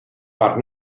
but